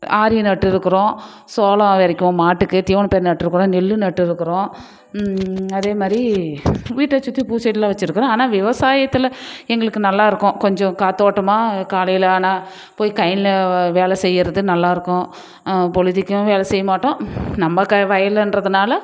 ஆரியும் நட்டுருக்குறோம் சோளம் வெதைக்கும் மாட்டுக்கு தீவன பயிர் நட்டுருக்குறோம் நெல் நட்டுருக்குறோம் அதே மாதிரி வீட்டை சுற்றி பூச்செடிலாம் வெச்சுருக்குறோம் ஆனால் விவசாயத்தில் எங்களுக்கு நல்லாயிருக்கும் கொஞ்சம் காற்றோட்டமா காலையில் ஆனால் போய் கழனில வேலை செய்கிறது நல்லாயிருக்கும் பொழுதுக்கும் வேலை செய்ய மாட்டோம் நம்ம க வயலுன்றதுனால்